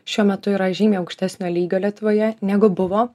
šiuo metu yra žymiai aukštesnio lygio lietuvoje negu buvo